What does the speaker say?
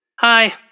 Hi